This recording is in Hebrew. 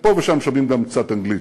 ופה ושם שומעים גם קצת אנגלית,